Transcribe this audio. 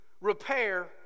repair